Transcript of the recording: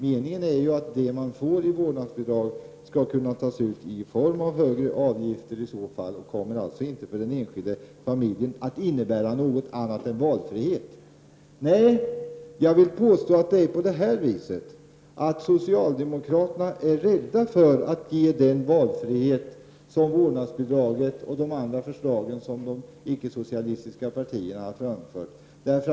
Meningen är ju att det man får i vårdnadsbidrag skall kunna tas ut i form av högre avgifter. I så fall kommer det för den enskilde familjen inte att innebära något annat än valfrihet. Nej, jag vill påstå att det är så att socialdemokraterna är rädda för att ge den valfrihet som vårdnadsbidraget och de andra förslag som de icke socialistiska partierna har framfört innebär.